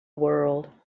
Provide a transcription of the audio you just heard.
world